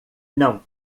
não